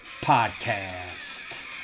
Podcast